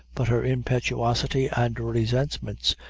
but her impetuosity and resentments,